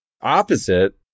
Opposite